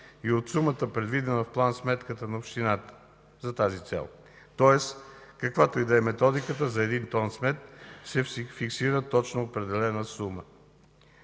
и от сумата, предвидена в план-сметката на Общината за тази цел. Тоест каквато и да е методиката за един тон смет, се фиксира точно определена сума.